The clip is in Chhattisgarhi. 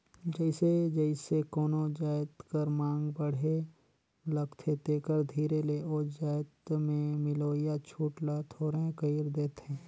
जइसे जइसे कोनो जाएत कर मांग बढ़े लगथे तेकर धीरे ले ओ जाएत में मिलोइया छूट ल थोरहें कइर देथे